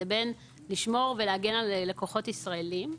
לבין שמירה והגנה על הלקוחות הישראליים.